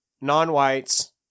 non-whites